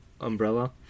umbrella